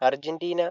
Argentina